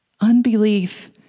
Unbelief